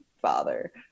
father